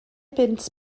bunt